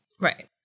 Right